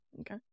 okay